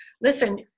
listen